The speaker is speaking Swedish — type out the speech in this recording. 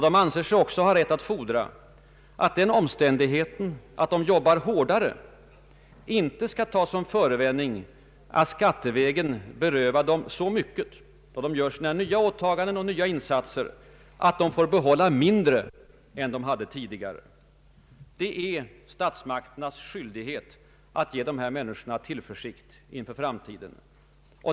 De anser sig också ha rätt att fordra att den omständigheten att de jobbar hårdare inte skall tas som förevändning att skattevägen beröra dem så mycket — då de gör sina nya åtaganden och nya insatser — att de får behålla mindre än de hade tidigare. Det är statsmakternas skyldighet att ge dessa människor tillförsikt inför framtiden.